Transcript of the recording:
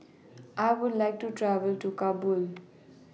I Would like to travel to Kabul